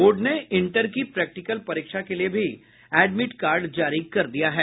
board ने inter की practical परीक्षा के लिए भी एडमिट कार्ड जारी कर दिया है